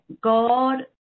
God